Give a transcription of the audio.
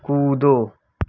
कूदो